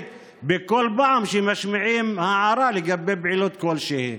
בכל פעם שמשמיעים הערה לגבי פעילות כלשהי.